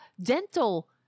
dental